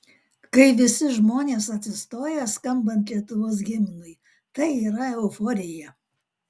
kai visi žmonės atsistoja skambant lietuvos himnui tai yra euforija